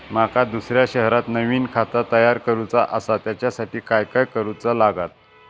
माका दुसऱ्या शहरात नवीन खाता तयार करूचा असा त्याच्यासाठी काय काय करू चा लागात?